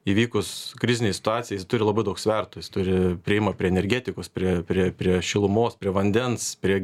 įvykus krizinei situacijai jis turi labai daug svertų turi priėjimą prie energetikos prie prie prie šilumos prie vandens prie